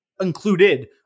included